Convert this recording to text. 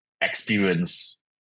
experience